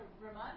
remind